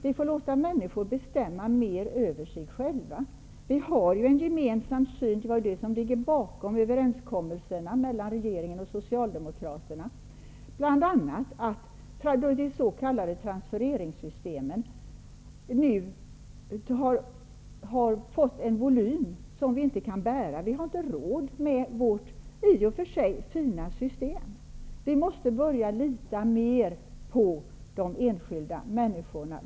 Vi måste låta människor bestämma mer över sig själva. Vi har ju en gemensam syn -- det är den som ligger bakom överenskommelserna mellan regeringen och Socialdemokraterna -- bl.a. att de s.k. transfereringssystemen nu har fått en volym som vi inte kan bära. Vi har inte råd med vårt i och för sig fina system. Vi måste börja lita mer på de enskilda människorna.